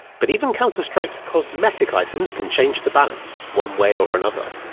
but even counter-strike's cosmetic items can change the balance, one way or another.